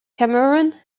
cameroon